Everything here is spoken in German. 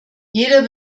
jeder